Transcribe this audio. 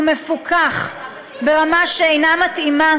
ומפוקח ברמה שאינה מתאימה,